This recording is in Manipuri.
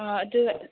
ꯍꯣꯏ ꯑꯗꯨ